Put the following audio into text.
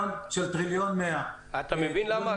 הדוח של הוועדה הזאת מתעסק בעולם הפנסיה והביטוח,